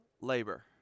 labor